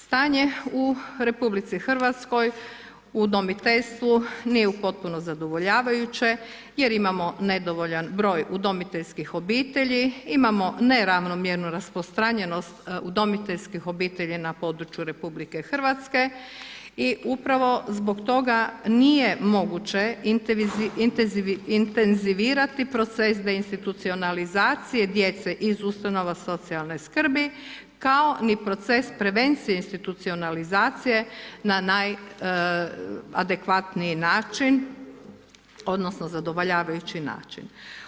Stanje u RH u udomiteljstvu nije u potpuno zadovoljavajuće jer imamo nedovoljan broj udomiteljskih obitelji, imamo neravnomjernu rasprostranjenost udomiteljskih obitelji na području RH i upravo zbog toga nije moguće intenzivirati proces deinstitucionalizacije djece iz ustanova socijalne skrbi kao ni proces prevencije institucionalizacije na najadekvatniji način odnosno zadovoljavajući način.